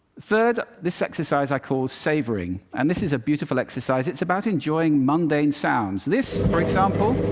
third, this exercise i call savoring, and this is a beautiful exercise. it's about enjoying mundane sounds. this, for example,